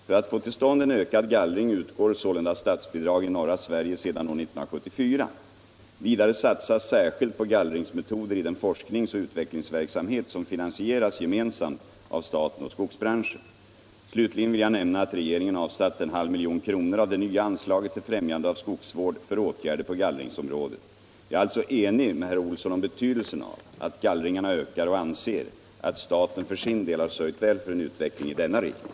För att få till stånd en ökad gallring utgår sålunda statsbidrag i norra Sverige sedan år 1974. Vidare satsas särskilt på gallringsmetoder i den forskningsoch utvecklingsverksamhet som finansieras gemensamt av staten och skogsbranschen. Slutligen vill jag nämna att regeringen avsatt 0,5 milj.kr. av det nya anslaget till främjande av skogsvård för åtgärder på gallringsområdet. Jag är alltså enig med herr Olsson om betydelsen av att gallringarna ökar och anser att staten för sin del har sörjt väl för en utveckling i denna riktning.